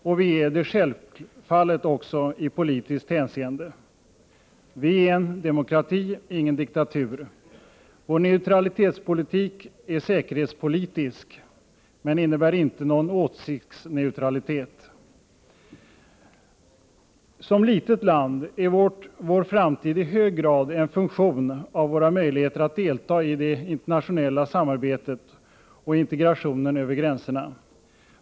Och vi är det självfallet också i politiskt hänseende. Vi är en demokrati, ingen diktatur. Vår neutralitetspolitik är säkerhetspolitisk, men innebär inte någon åsiktsneutralitet. Som litet land är vår framtid i hög grad en funktion av våra möjligheter att delta i det internationella samarbetet och integrationen över gränserna.